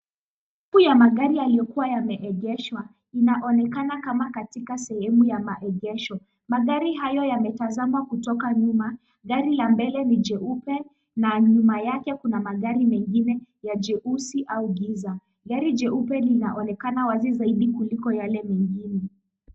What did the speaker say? Safu ya magari yaliokuwa yameegeshwa, inaonekana kama katika sehemu ya maegesho, magari hayo yametazama kutoka nyuma, gari la mbele ni jeupe na nyuma yake kuna magari mengine ya jeusi au giza, gari jeupe linaonekana wazi zaidi kuliko yale mengine.